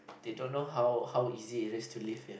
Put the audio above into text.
they don't know how how easy it is to live here